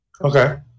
Okay